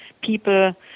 people